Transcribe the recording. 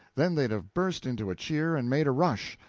then they'd have burst into a cheer and made a rush,